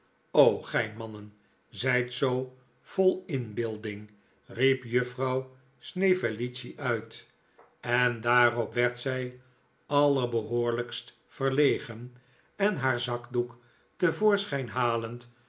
gij mannen zijt zoo vol inbeelding riep juffrouw snevellicci uit en daarop werd zij allerbehoorlijkst verlegen en haar zakdoek te voorschijn halend